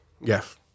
Yes